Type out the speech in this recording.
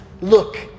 Look